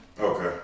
Okay